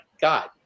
God